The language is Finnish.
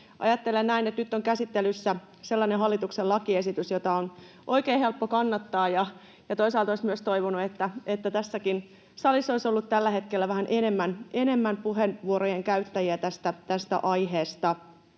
Ajattelen näin, että nyt on käsittelyssä sellainen hallituksen lakiesitys, jota on oikein helppo kannattaa, ja toisaalta olisi myös toivonut, että tässäkin salissa olisi ollut tällä hetkellä vähän enemmän puheenvuorojen käyttäjiä tästä aiheesta.